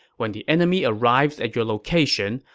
when the enemy arrives at your location,